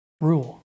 Rule